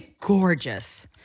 gorgeous